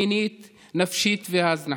מינית ונפשית והזנחה.